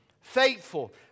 faithful